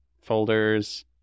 folders